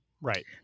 Right